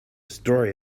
story